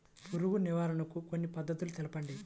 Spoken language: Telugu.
పురుగు నివారణకు కొన్ని పద్ధతులు తెలుపండి?